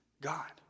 God